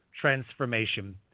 transformation